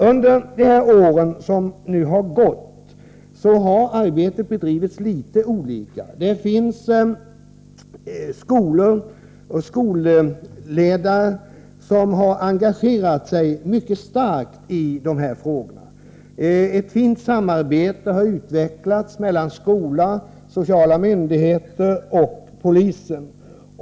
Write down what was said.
Under de år som nu har gått har arbetet runt om i landet bedrivits litet olika. Det finns skolor och skolledare som har engagerat sig mycket starkt i missbruksfrågorna. Ett fint samarbete har utvecklats mellan skola, sociala myndigheter och polisen.